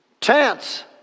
Chance